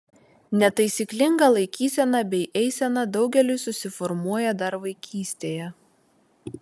netaisyklinga laikysena bei eisena daugeliui susiformuoja dar vaikystėje